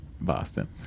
Boston